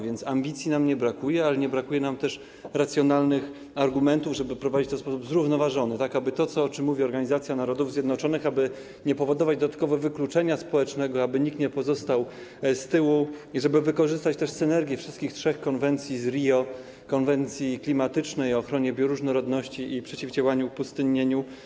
Więc ambicji nam nie brakuje, ale nie brakuje nam też racjonalnych argumentów, żeby prowadzić to w sposób zrównoważony, tak aby - o czym mówi Organizacja Narodów Zjednoczonych - nie powodować dodatkowo wykluczenia społecznego, żeby nikt nie pozostał z tyłu i żeby też wykorzystać synergię wszystkich trzech konwencji, z Rio, konwencji klimatycznej o ochronie bioróżnorodności i przeciwdziałaniu pustynnieniu.